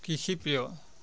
কৃষিপ্ৰিয়